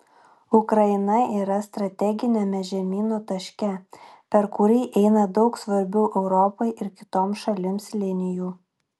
ukraina yra strateginiame žemyno taške per kurį eina daug svarbių europai ir kitoms šalims linijų